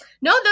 No